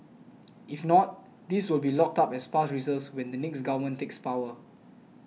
if not these will be locked up as past reserves when the next government takes power